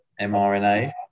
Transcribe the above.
mRNA